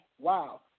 Wow